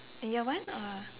in year one or